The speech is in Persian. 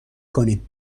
کنیم